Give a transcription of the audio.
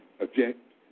object